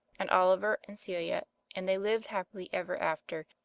and oliver and celia and they lived happy ever after,